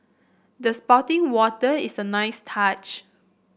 the spouting water is a nice touch